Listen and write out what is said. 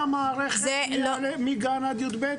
זה לכל המערכת מגיל גן ועד כיתה י"ב,